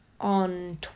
on